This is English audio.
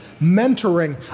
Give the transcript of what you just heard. mentoring